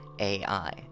AI